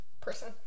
person